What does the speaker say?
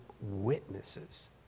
witnesses